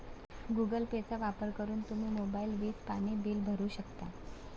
Google Pay वापर करून तुम्ही मोबाईल, वीज, पाणी बिल भरू शकता